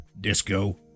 Disco